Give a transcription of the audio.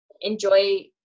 enjoy